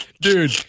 Dude